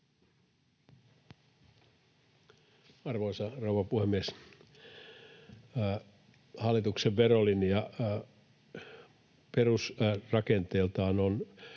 Arvoisa rouva puhemies! Hallituksen verolinja perusrakenteeltaan on